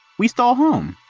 we stole home!